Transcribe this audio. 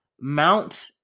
Mount